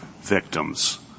victims —